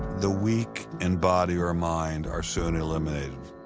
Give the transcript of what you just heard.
the weak in body or mind are soon eliminated.